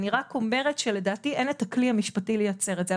אני רק אומרת שלדעתי אין את הכלי המשפטי לייצר את זה.